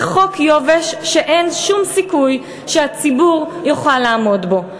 זה חוק יובש שאין שום סיכוי שהציבור יוכל לעמוד בו,